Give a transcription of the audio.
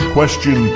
Question